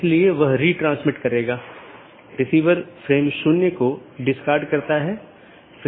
इसलिए हलका करने कि नीति को BGP प्रोटोकॉल में परिभाषित नहीं किया जाता है बल्कि उनका उपयोग BGP डिवाइस को कॉन्फ़िगर करने के लिए किया जाता है